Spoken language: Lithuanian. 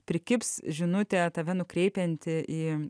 prikibs žinutė tave nukreipianti į